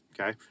Okay